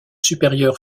supérieurs